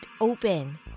open